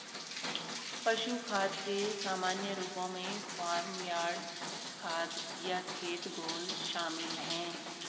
पशु खाद के सामान्य रूपों में फार्म यार्ड खाद या खेत घोल शामिल हैं